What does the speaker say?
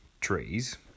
trees